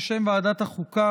בשם ועדת החוקה,